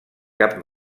cap